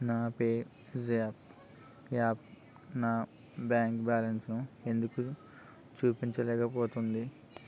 నా PayZapp app నా బ్యాంక్ బ్యాలెన్సును ఎందుకు చూపించలేకపోతుంది